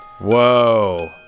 Whoa